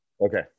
Okay